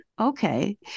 Okay